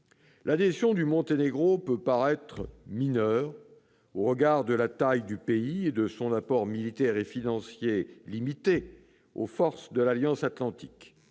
L'adhésion du Monténégro à l'OTAN peut paraître mineure au regard de la taille du pays et de son apport militaire et financier limité aux forces de l'Alliance atlantique.